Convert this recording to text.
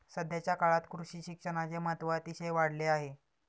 सध्याच्या काळात कृषी शिक्षणाचे महत्त्व अतिशय वाढले आहे